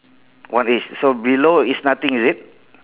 one each so below is nothing is it